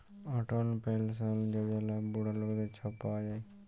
অটল পেলসল যজলা বুড়া লকদের ছব পাউয়া যায়